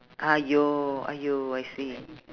!aiyo! !aiyo! I see